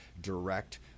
direct